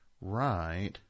right